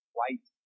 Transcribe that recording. White